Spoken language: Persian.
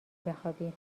بخوابی